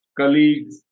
colleagues